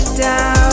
down